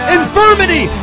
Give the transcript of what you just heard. infirmity